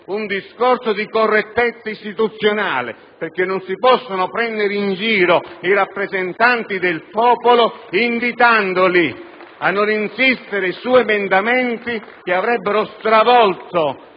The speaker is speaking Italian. un discorso di correttezza istituzionale, perché non si possono prendere in giro i rappresentanti del popolo invitandoli a non insistere su emendamenti che avrebbero stravolto